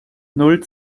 null